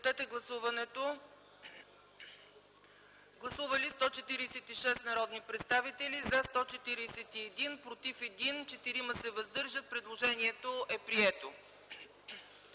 Гласували 146 народни представители: за 141, против 1, въздържали се 4. Предложението е прието.